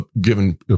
given